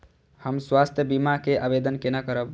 हम स्वास्थ्य बीमा के आवेदन केना करब?